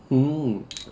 oh